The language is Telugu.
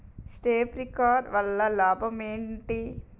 శప్రింక్లర్ వల్ల లాభం ఏంటి?